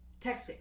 Texting